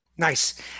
Nice